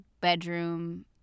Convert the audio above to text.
bedroom